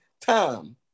time